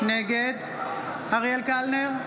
נגד אריאל קלנר,